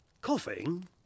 Coughing